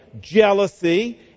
jealousy